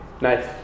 Nice